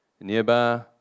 Nearby